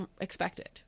expected